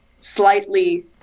slightly